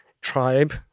tribe